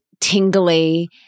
tingly